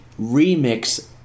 remix